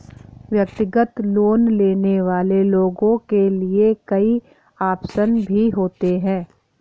व्यक्तिगत लोन लेने वाले लोगों के लिये कई आप्शन भी होते हैं